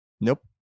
Nope